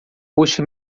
puxe